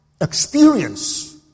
experience